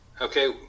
okay